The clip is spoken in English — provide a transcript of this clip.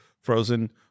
frozen